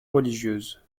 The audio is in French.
religieuse